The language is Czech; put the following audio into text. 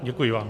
Děkuji vám.